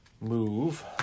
move